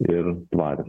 ir tvarios